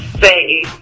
say